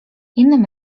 innym